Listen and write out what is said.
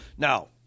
Now